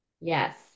yes